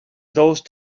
those